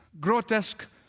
grotesque